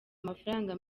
mafaranga